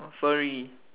furry